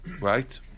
Right